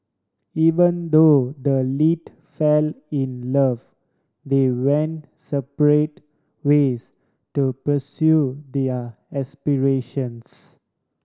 even though the lead fell in love they went separate ways to pursue their aspirations